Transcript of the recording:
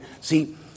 See